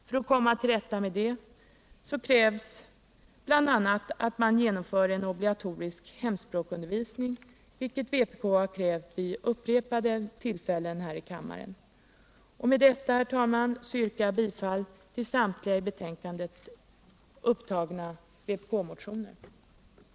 För att komma till rätta med detta krävs bl.a. att man genomför en obligatorisk hemspråksundervisning, vilket vpk har krävt vid upprepade tillfällen här i kammaren. Med det anförda, herr talman, yrkar jag bifall till samtliga i betänkandet behandlade vpk-motioner. och forskning